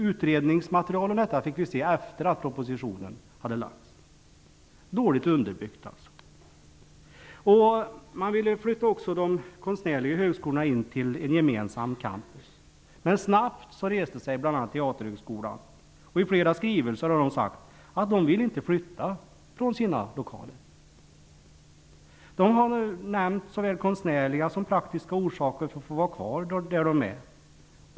Utredningsmaterial om detta fick vi se efter det att propositionen hade lagts fram -- dåligt underbyggt alltså! Man vill flytta också de konstnärliga högskolorna in till ett gemensamt campus, men snabbt reste sig bl.a. Teaterhögskolan. I flera skrivelser har den sagt att den inte vill flytta från sina lokaler. Såväl konstnärliga som praktiska orsaker har nämnts för att få vara kvar där den är.